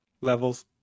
Levels